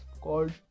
called